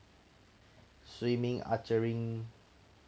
swimming archery